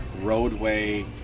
roadway